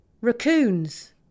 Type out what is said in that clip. Raccoons